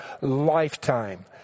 lifetime